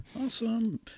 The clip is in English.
Awesome